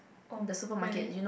oh really